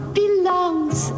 belongs